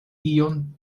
ion